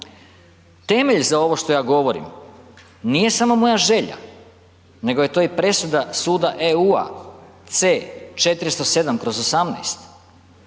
Temelj za ovo što ja govorim nije samo moja želja nego je to i presuda suda EU-a C-407/18